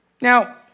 Now